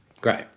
Great